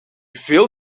veel